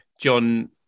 John